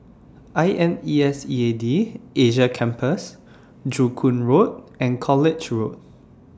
I N S E A D Asia Campus Joo Koon Road and College Road